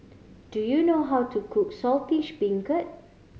do you know how to cook Saltish Beancurd